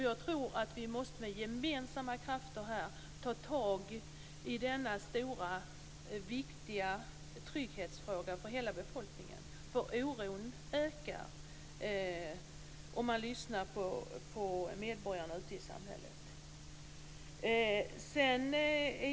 Jag tror att vi med gemensamma krafter måste ta tag i denna stora trygghetsfråga som är så viktig för hela befolkningen. Man märker att oron ökar om man lyssnar på medborgarna ute i samhället.